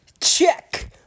check